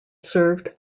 served